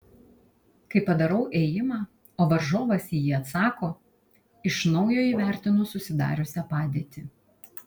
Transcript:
kai padarau ėjimą o varžovas į jį atsako iš naujo įvertinu susidariusią padėtį